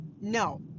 No